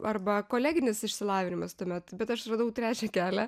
arba koleginis išsilavinimas tuomet bet aš radau trečią kelią